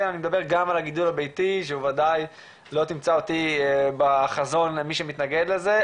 אני מדבר גם על הגידול הביתי שוודאי לא תמצא אותי בחזון למי שמתנגד לזה,